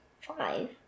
Five